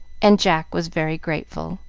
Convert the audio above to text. and jack was very grateful.